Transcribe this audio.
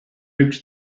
üks